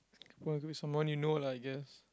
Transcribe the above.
who wants do some money no lah I guess